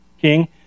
king